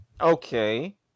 Okay